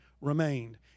remained